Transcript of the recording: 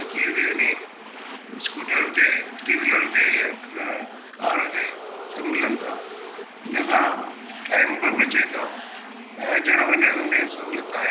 अची थी वञे स्कूटर हुजे थ्री वीलर हुजे या का कार हुजे सभु मिलनि था इन सां टाइम बि बचे थो ऐं अचण वञण में सहूलियत आहे